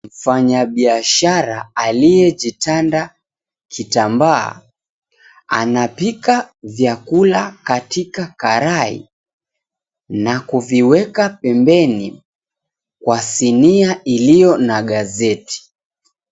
Mfanyabiashara aliyejitanda kitambaa, anapika vyakula katika karai na kuviweka pembeni, kwa sinia iliyo na gazeti.